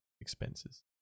expenses